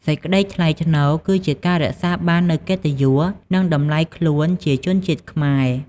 សេចក្តីថ្លៃថ្នូរគឺជា ការរក្សាបាននូវកិត្តិយស និងតម្លៃខ្លួនជាជនជាតិខ្មែរ។